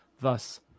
thus